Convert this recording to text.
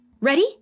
Ready